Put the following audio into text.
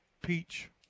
peach